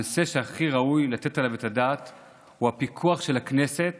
הנושא שהכי ראוי לתת עליו את הדעת הוא הפיקוח של הכנסת